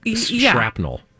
shrapnel